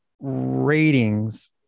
ratings